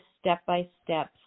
step-by-step